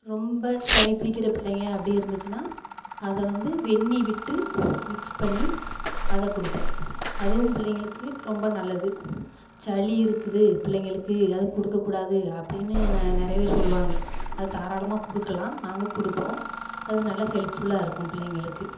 ரொம்ப சளி பிடிக்கிற பிள்ளைங்க அப்படி இருந்துச்சுன்னால் அதை வந்து வெந்நீர் விட்டு மிக்ஸ் பண்ணி அதை கொடுப்போம் அதுவும் பிள்ளைங்களுக்கு ரொம்ப நல்லது சளி இருக்குது பிள்ளைங்களுக்கு அதை கொடுக்கக்கூடாது அப்படின்னு நெ நிறைய பேர் சொல்லுவாங்க அதை தாராளமாக கொடுக்கலாம் நாங்கள் கொடுப்போம் அது நல்லா ஹெல்ப்ஃபுல்லாக இருக்கும் பிள்ளைங்களுக்கு